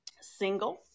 single